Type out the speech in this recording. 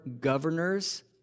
governors